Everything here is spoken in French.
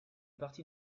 partie